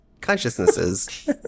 Consciousnesses